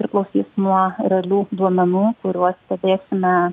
priklausys nuo realių duomenų kuriuos stebėsime